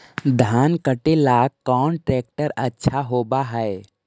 धान कटे ला कौन ट्रैक्टर अच्छा होबा है?